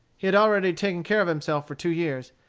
he had already taken care of himself for two years,